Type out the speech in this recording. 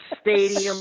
stadium